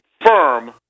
firm